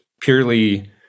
purely